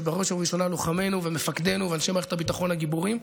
ובראש ובראשונה לוחמינו ומפקדינו ואנשי מערכת הביטחון הגיבורים.